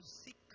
seek